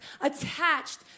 attached